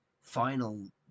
final